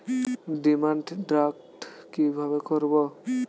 Demand draft কীভাবে করব?